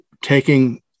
taking